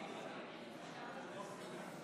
בעד יצחק